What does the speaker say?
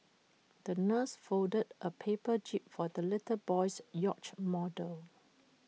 the nurse folded A paper jib for the little boy's yacht model